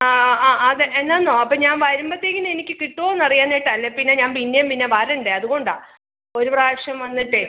ആ ആ അത് എന്നാന്നോ അപ്പം ഞാൻ വരുമ്പോഴത്തേക്കും എനിക്ക് കിട്ടുമോ എന്നറിയാനായിട്ടാണ് അല്ലെ പിന്നെ ഞാൻ പിന്നെയും പിന്നെയും വരണ്ടേ അതുകൊണ്ടാണ് ഒരു പ്രാവശ്യം വന്നിട്ടേ